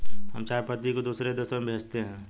हम चाय पत्ती को दूसरे देशों में भेजते हैं